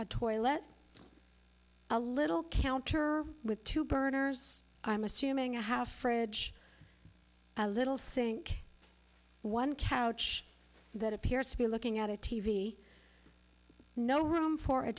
a toilet a little counter with two burners i'm assuming a half fridge a little sink one couch that appears to be looking at a t v no room for a